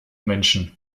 menschen